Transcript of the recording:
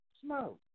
smoke